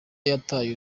yataye